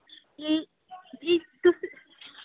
जी जी तुस